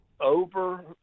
over